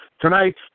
Tonight